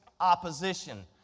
Opposition